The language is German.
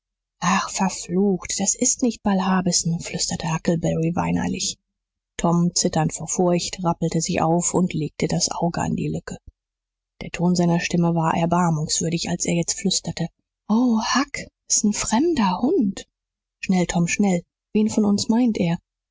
ach verflucht das ist nicht bull harbison flüsterte huckleberry weinerlich tom zitternd vor furcht rappelte sich auf und legte das auge an die lücke der ton seiner stimme war erbarmungswürdig als er jetzt flüsterte o huck s ist ein fremder hund schnell tom schnell wen von uns meint er